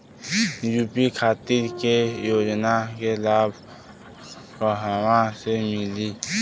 UP खातिर के योजना के लाभ कहवा से मिली?